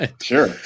Sure